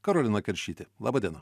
karolina keršytė laba diena